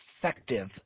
effective